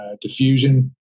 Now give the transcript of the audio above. diffusion